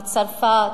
בצרפת,